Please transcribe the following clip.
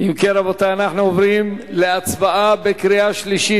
אם כן, רבותי, אנחנו עוברים להצבעה בקריאה שלישית.